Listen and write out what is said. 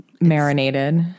marinated